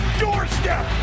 doorstep